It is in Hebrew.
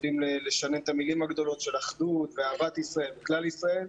יודעים לשנן את המלים הגדולות של אחדות ואהבת ישראל וכלל ישראל.